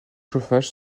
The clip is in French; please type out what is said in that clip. chauffage